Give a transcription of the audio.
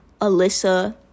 Alyssa